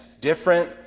Different